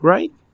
Right